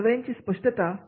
या सगळ्यांची स्पष्टता